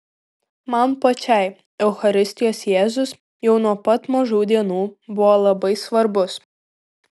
man pačiai eucharistijos jėzus jau nuo pat mažų dienų buvo labai svarbus